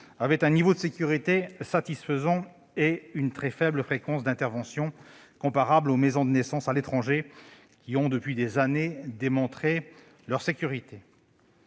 avaient un niveau de sécurité satisfaisant et une très faible fréquence d'intervention ; elles sont comparables aux maisons de naissance à l'étranger, qui ont, depuis des années, démontré leur sécurité.